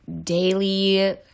daily